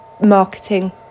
marketing